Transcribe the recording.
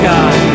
God